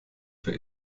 für